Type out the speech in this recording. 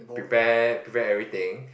prepare prepare everything